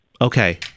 Okay